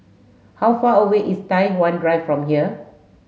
how far away is Tai Hwan Drive from here